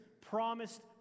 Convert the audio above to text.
promised